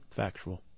factual